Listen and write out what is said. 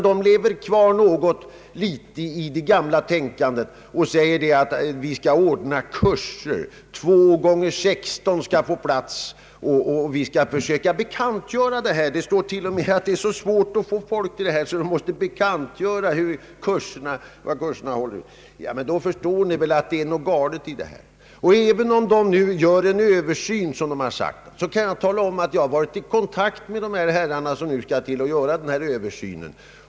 De lever kvar något litet i det gamla tänkandet och säger att de skall ordna kurser. Två gånger 16 skall få plats, och lantbruksstyrelsen skall försöka bekantgöra att dessa kurser finns. Det står alltså t.o.m. att det är så svårt att få folk till kurserna att man måste bekantgöra var de äger rum. Då förstår kammaren väl att det är något galet i det hela. Det har sagts att lantbruksstyrelsen nu skall göra en översyn. Jag vill tala om att jag har varit i kontakt med de herrar som skall göra denna översyn.